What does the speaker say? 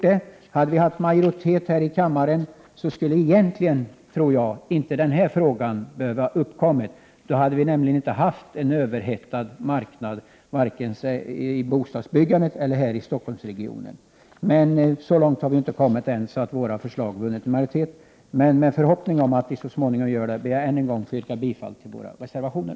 Om vi hade varit i majoritet här i kammaren, skulle den här frågan nog inte ha behövt komma upp. Då hade det nämligen inte varit någon överhettning vare sig i fråga om bostadsbyggandet eller här i Stockholmsregionen. Men dithän har vi ännu inte kommit. Våra förslag stöds ju ännu inte av en majoritet. I förhoppning om att det så småningom skall bli så yrkar jag återigen bifall till centerns reservationer.